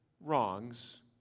wrongs